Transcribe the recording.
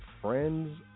friends